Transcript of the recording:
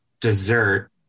dessert